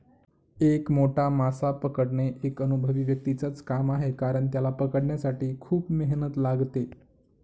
एक मोठा मासा पकडणे एका अनुभवी व्यक्तीच च काम आहे कारण, त्याला पकडण्यासाठी खूप मेहनत लागते